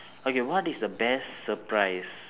okay what is the best surprise